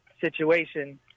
situation